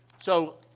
so,